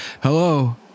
Hello